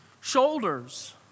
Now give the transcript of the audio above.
shoulders